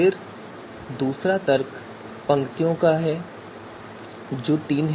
फिर दूसरा तर्क पंक्तियों की संख्या है जो तीन है